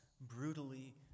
brutally